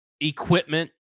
equipment